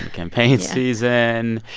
campaign season.